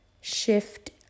shift